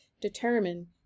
determine